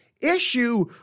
issue